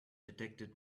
detected